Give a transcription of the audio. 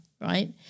right